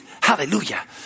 Hallelujah